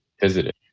visited